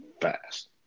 fast